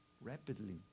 rapidly